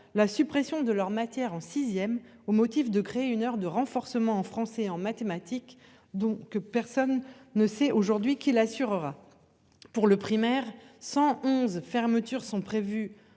la suppression de leur matière en sixième au motif de créer une heure de renforcement en français et en mathématiques dont que personne ne sait aujourd'hui qu'il assurera. Pour le primaire, 111 fermetures sont prévues